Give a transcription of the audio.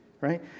right